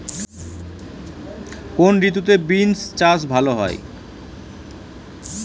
কোন ঋতুতে বিন্স চাষ ভালো হয়?